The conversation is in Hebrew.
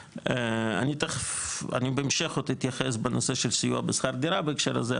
אני תיכף בהמשך עוד אתייחס בנושא של סיוע בשכר דירה בהקשר הזה,